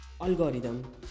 Algorithm